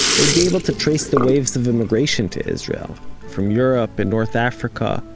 they'd be able to trace the waves of immigration to israel from europe and north africa.